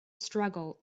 struggle